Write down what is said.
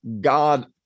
God